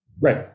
Right